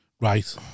Right